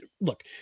look